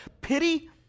pity